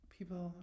People